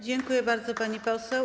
Dziękuję bardzo, pani poseł.